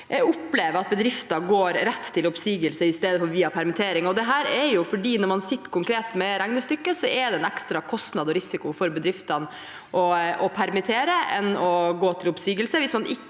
som opplever at bedrifter går rett til oppsigelse i stedet for å gå via permittering. For når man sitter konkret med regnestykket, er det en ekstra kostnad og risiko for bedriftene å permittere heller enn å gå til oppsigelser